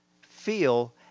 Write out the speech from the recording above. feel